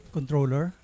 Controller